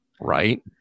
Right